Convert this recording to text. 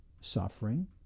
suffering